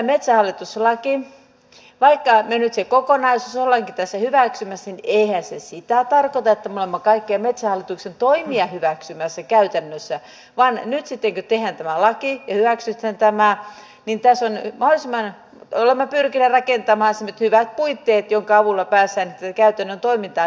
vaikka me nyt sen kokonaisuuden olemmekin tässä hyväksymässä niin eihän se sitä tarkoita että me olemme kaikkia metsähallituksen toimia hyväksymässä käytännössä vaan nyt sitten kun tehdään tämä laki ja hyväksytään tämä niin olemme pyrkineet rakentamaan semmoiset hyvät puitteet joidenka avulla päästään tätä käytännön toimintaa viemään eteenpäin